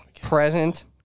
present